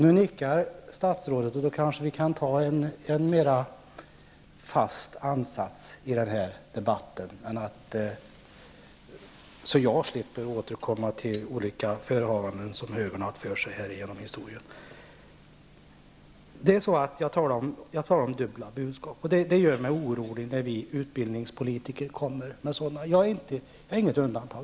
Nu nickar statsrådet, och då kanske vi kan ta en mera fast ansats i denna debatt så att jag slipper återkomma till olika förehavanden som har ägt rum i historien. Jag talar om dubbla budskap. Det gör mig orolig när vi utbildningspolitiker kommer med sådana. Jag är inget undantag.